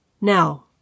Now